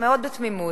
מאוד בתמימות.